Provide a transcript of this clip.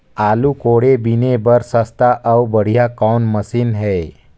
आलू कोड़े बीने बर सस्ता अउ बढ़िया कौन मशीन हे?